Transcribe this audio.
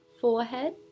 forehead